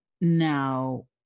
now